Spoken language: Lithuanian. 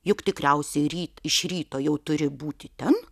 juk tikriausiai ryt iš ryto jau turi būti ten